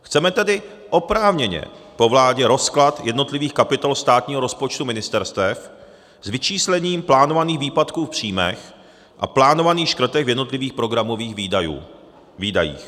Chceme tedy oprávněně po vládě rozklad jednotlivých kapitol státního rozpočtu ministerstev s vyčíslením plánovaných výpadků v příjmech a plánovaných škrtech v jednotlivých programových výdajích.